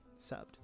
subbed